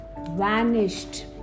vanished